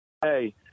Hey